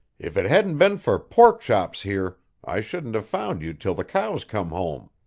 if it hadn't been for pork chops here, i shouldn't have found you till the cows come home.